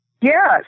Yes